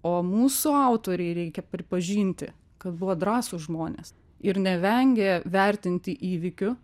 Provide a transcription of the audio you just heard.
o mūsų autoriai reikia pripažinti kad buvo drąsūs žmonės ir nevengė vertinti įvykių